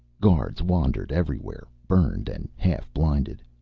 guards wandered everywhere, burned and half-blinded.